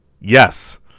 Yes